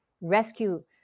rescue